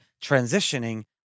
transitioning